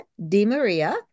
DiMaria